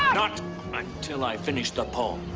not until i finish the poem.